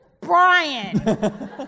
Brian